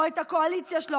או את הקואליציה שלו,